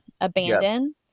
abandon